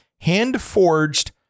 hand-forged